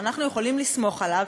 שאנחנו יכולים לסמוך עליו,